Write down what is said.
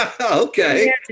Okay